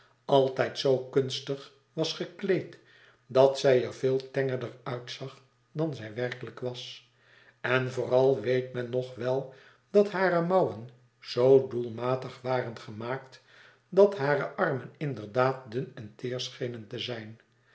altijd zoo kunstig was gekleed dat zij er veel tengerder uitzag dan zij werkelyk was en vooral weet men nog wel dat hare mouwen zoo doelmatig waren gemaakt dat hare armen inderdaad dun en teer schenen te zijn